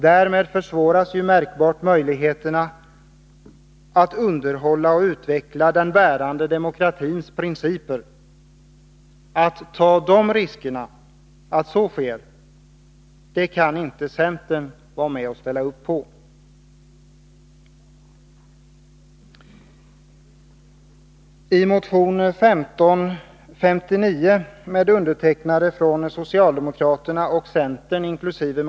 Därmed försvåras märkbart möjligheterna att underhålla och utveckla den bärande demokratins principer. Att ta risken att så sker kan inte centern ställa upp inkl.